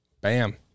Bam